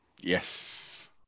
yes